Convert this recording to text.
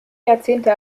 jahrzehnte